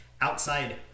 outside